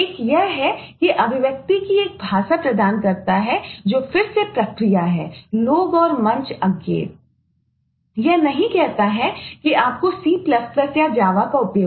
एक यह है कि अभिव्यक्ति की एक भाषा प्रदान करता है जो फिर से प्रक्रिया है लोग और मंच अज्ञेय